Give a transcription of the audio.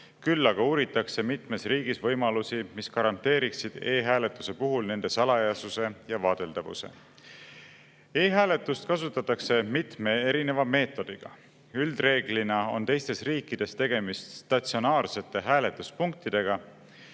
Küll aga uuritakse mitmes riigis võimalusi, mis garanteeriksid e-hääletuse puhul nende salajasuse ja vaadeldavuse. E-hääletust kasutatakse mitme erineva meetodiga. Üldreeglina on teistes riikides tegemist statsionaarsete hääletuspunktidega,